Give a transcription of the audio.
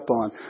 on